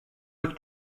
quick